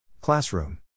Classroom